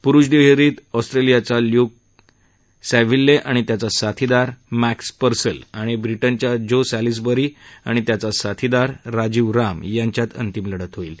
पुरुष दुहेरीत एस्ट्रेलियाच्या ल्यूक सॅव्हिल्ले आणि त्याचा साथीदार मॅक्स परसल आणि ब्रिटनच्या जो सॅलीसबरी आणि त्याचा अमेरिकन साथीदार राजीव राम यांच्यात अंतिम लढत होईल